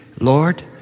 Lord